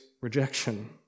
rejection